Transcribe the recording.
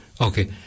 Okay